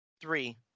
Three